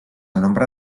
nombre